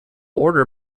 order